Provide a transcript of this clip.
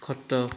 ଖଟ